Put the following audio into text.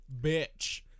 Bitch